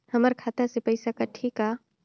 हमर खाता से पइसा कठी का?